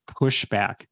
pushback